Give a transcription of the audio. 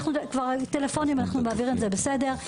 אנחנו כבר מעבירים טלפונים, זה בסדר.